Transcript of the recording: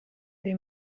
dei